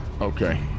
Okay